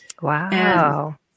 Wow